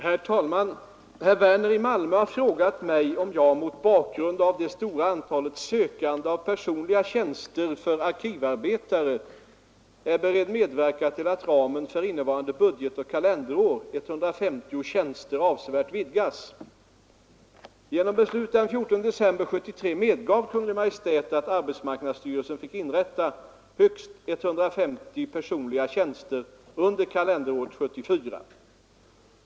Herr talman! Herr Werner i Malmö har frågat mig om jag — mot bakgrund av det stora antalet sökande av personliga tjänster för arkivarbetare — är beredd medverka till att ramen för innevarande budgetoch kalenderår — 150 tjänster — avsevärt vidgas. Genom beslut den 14 december 1973 medgav Kungl. Maj:t att arbetsmarknadsstyrelsen fick inrätta högst 150 personliga tjänster under kalenderåret 1974.